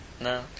No